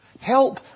Help